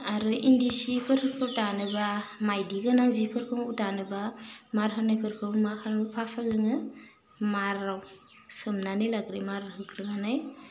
आरो इन्दि सिफोरखौ दानोबा माइदि गोनां जिफोरखौ दानोबा मार होनायफोरखौ मा खालामो फासाव जोङो माराव सोमनानै लाग्रोयो मार होग्रोनानै